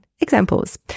Examples